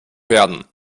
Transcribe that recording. werden